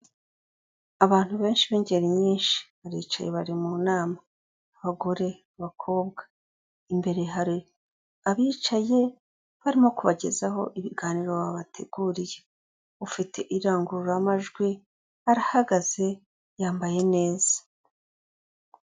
Abantu benshi b'ingeri nyinshi, baricaye bari mu nama, abagore, abakobwa, imbere hari abicaye barimo kubagezaho ibiganiro babateguriye, ufite irangururamajwi arahagaze yambaye neza.